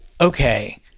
okay